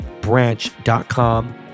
branch.com